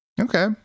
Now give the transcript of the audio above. Okay